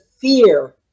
fear